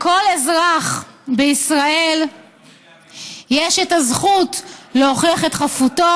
לכל אזרח בישראל יש את הזכות להוכיח את חפותו,